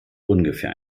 ungefähr